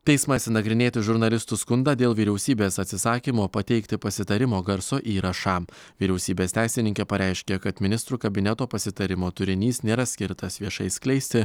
teismas nagrinėti žurnalistų skundą dėl vyriausybės atsisakymo pateikti pasitarimo garso įrašą vyriausybės teisininkė pareiškė kad ministrų kabineto pasitarimo turinys nėra skirtas viešai skleisti